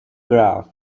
graph